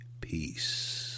peace